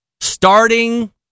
Starting